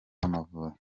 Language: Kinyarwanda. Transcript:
w’amavubi